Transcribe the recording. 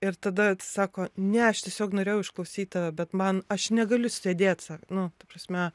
ir tada sako ne aš tiesiog norėjau išklausyt tave bet man aš negaliu sėdėt sa nu ta prasme